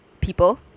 people